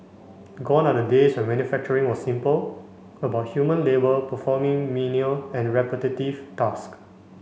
gone are the days when manufacturing was simple about human labour performing menial and repetitive tasks